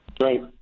Right